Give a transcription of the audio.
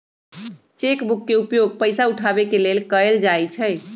cheque book के उपयोग पइसा उठाबे के लेल कएल जाइ छइ